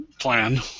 plan